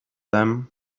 them